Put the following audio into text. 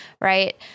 right